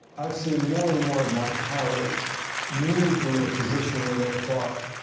i've seen more and more of my colleagues move from a position when they thought,